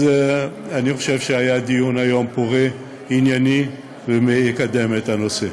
אני חושב שהיה היום דיון פורה וענייני שיקדם את הנושא.